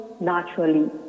naturally